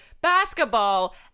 basketball